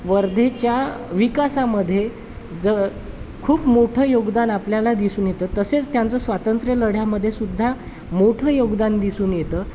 वर्धेच्या विकासामध्ये ज खूप मोठं योगदान आपल्याला दिसून येतं तसेच त्यांचं स्वातंत्र्य लढ्यामध्ये सुद्धा मोठं योगदान दिसून येतं